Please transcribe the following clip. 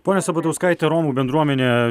ponia sabatauskaite romų bendruomenė